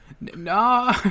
no